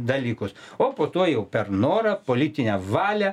dalykus o po to jau per norą politinę valią